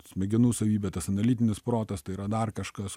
smegenų savybė tas analitinis protas tai yra dar kažkas